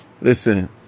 Listen